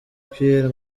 pierre